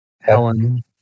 Helen